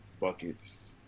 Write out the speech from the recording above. buckets